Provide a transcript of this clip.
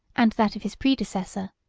and that of his predecessor,